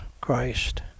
Christ